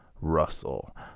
Russell